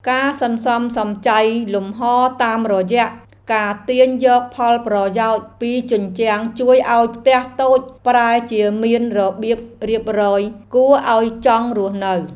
ការសន្សំសំចៃលំហរតាមរយៈការទាញយកផលប្រយោជន៍ពីជញ្ជាំងជួយឱ្យផ្ទះតូចប្រែជាមានរបៀបរៀបរយគួរឱ្យចង់រស់នៅ។